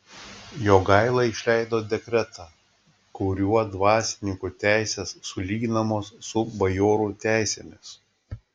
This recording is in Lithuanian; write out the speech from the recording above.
jogaila išleido dekretą kuriuo dvasininkų teisės sulyginamos su bajorų teisėmis